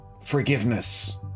forgiveness